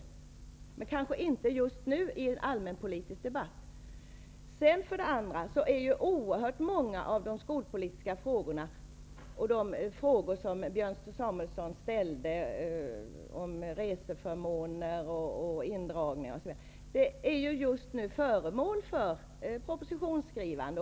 Men det skall kanske inte ske just nu i en allmänpolitisk debatt. Oerhört många av de skolpolitiska frågorna - och de frågor som Björn Samuelson ställde om reseförmåner, indragningar osv. - är just nu föremål för propositionsskrivande.